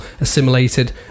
assimilated